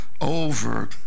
over